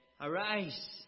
Arise